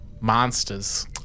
monsters